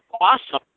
awesome